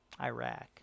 Iraq